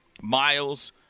Miles